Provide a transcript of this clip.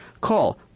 Call